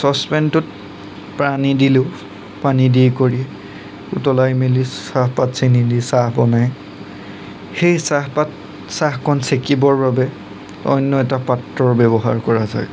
চচপেনটোত পানী দিলোঁ পানী দি কৰি উতলাই মেলি চাহপাত চেনি দি চাহ বনাই সেই চাহপাত চাহকণ চেকিবৰ বাবে অন্য এটা পাত্ৰৰ ব্যৱহাৰ কৰা যায়